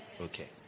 Okay